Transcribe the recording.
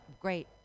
great